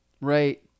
Right